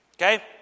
okay